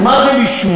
מה זה לשמור?